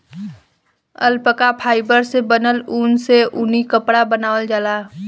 alpaca fibre से बनल ऊन से ऊनी कपड़ा बनावल जाला